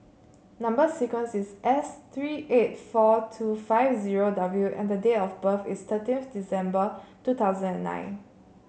number sequence is S three eight four two five zero W and date of birth is thirteenth December two thousand and nine